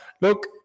look